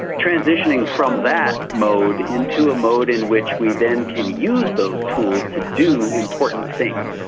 transitioning from that mode into a mode in which we then can use those tools to do important things.